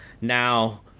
Now